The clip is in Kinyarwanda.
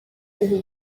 ubu